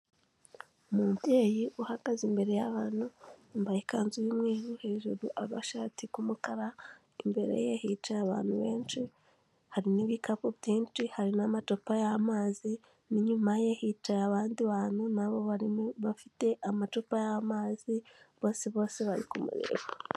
Umubyeyi uhagaze imbere y'abantu, yambaye ikanzu y'umweru hejuru agashati ku mukara, imbere ye hicaye abantu benshi, hari n'ibikapu byinshi, hari n'amacupa y'amazi, n'inyuma ye hicaye abandi bantu nabo bari bafite amacupa y'amazi, bose bose bari kumureba.